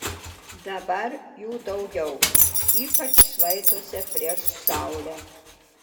dabar jų daugiau ypač šlaituose prieš saulę